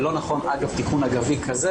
לא נכון אגב תיקון אגבי כזה